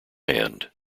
hand